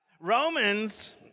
Romans